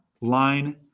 line